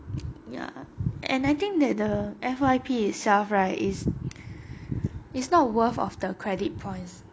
ya and I think that the F_Y_P itself right is it's not worth of the credit points